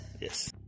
Yes